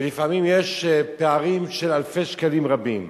ולפעמים יש פערים של אלפי שקלים רבים,